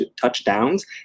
touchdowns